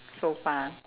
so far